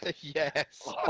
yes